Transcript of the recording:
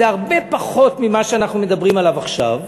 שהייתה הרבה פחות ממה שאנחנו מדברים עליו עכשיו,